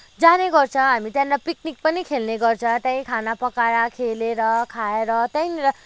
जाने गर्छ हामी त्यहाँनिर पिकनिक पनि खेल्ने गर्छ त्यहीँ खाना पकाएर खेलेर खएर त्यहीँनिर